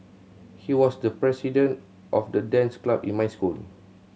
he was the president of the dance club in my school